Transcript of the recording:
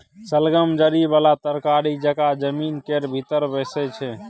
शलगम जरि बला तरकारी जकाँ जमीन केर भीतर बैसै छै